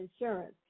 insurance